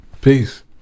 peace